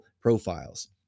profiles